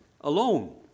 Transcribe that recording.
alone